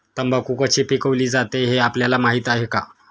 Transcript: तंबाखू कशी पिकवली जाते हे आपल्याला माहीत आहे का?